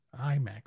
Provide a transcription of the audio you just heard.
IMAX